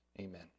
amen